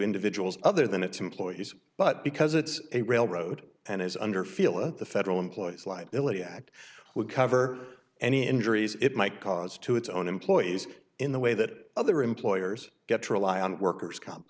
individuals other than its employees but because it's a railroad and is under feel of the federal employees liability act would cover any injuries it might cause to its own employees in the way that other employers get to rely on worker's comp